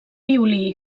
violí